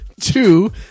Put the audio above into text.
Two